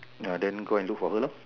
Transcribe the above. ya then go and look for her lor